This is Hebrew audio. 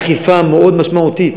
וזה אכיפה מאוד משמעותית,